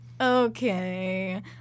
okay